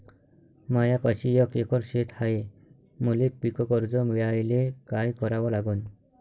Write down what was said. मायापाशी एक एकर शेत हाये, मले पीककर्ज मिळायले काय करावं लागन?